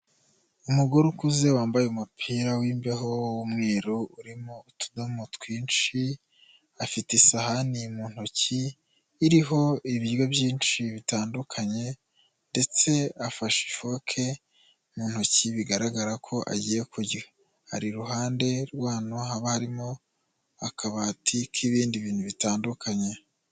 Umugore ukuze wambaye umupira w'imbeho w'umweru urimo utudomo twinshi, afite isahani mu ntoki iriho ibiryo byinshi bitandukanye ndetse afashe ifoke mu ntoki, bigaragara ko agiye kurya. Ari iruhande rw’ahantu haba harimo akabati k'ibindi bintu bitandukanye.